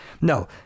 no